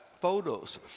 photos